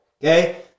Okay